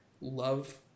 love